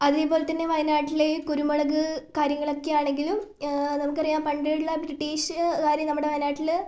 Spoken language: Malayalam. അതേപോലെതന്നെ വയനാട്ടിലെ കുരുമുളക് കാര്യങ്ങളൊക്കെ ആണെങ്കിലും നമുക്കറിയാം പണ്ടുള്ള ബ്രിട്ടിഷ്കാര് നമ്മുടെ നാട്ടില്